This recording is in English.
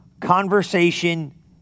conversation